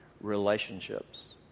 Relationships